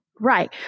Right